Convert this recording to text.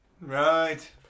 Right